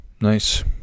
Nice